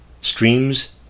streams